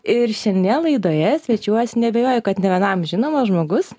ir šiandien laidoje svečiuojasi neabejoju kad ne vienam žinomas žmogus